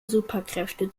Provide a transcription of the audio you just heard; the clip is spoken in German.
superkräfte